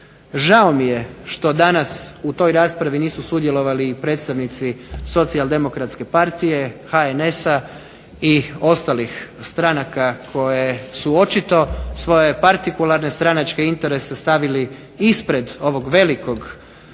Žao mi je što danas u toj raspravi nisu sudjelovali i predstavnici SDP-a, HNS-a i ostalih stranaka koje su očito svoje partikularne stranačke interese stavili ispred ovog velikog